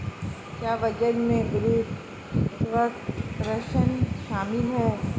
क्या वजन में गुरुत्वाकर्षण शामिल है?